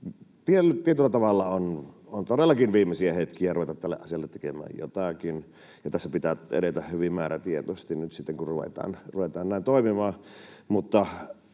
Tietyllä tavalla on todellakin viimeisiä hetkiä ruveta tälle asialle tekemään jotakin, ja tässä pitää edetä hyvin määrätietoisesti, kun nyt sitten ruvetaan näin toimimaan,